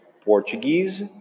Portuguese